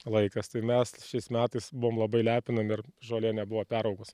laikas tai mes šiais metais buvom labai lepinami ir žolė nebuvo peraugus